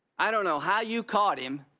i don't know how you caught him,